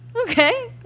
Okay